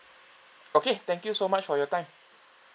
okay thank you so much for your time